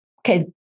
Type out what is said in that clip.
Okay